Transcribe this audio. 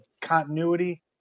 continuity